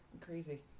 crazy